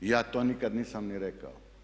Ja to nikad nisam ni rekao.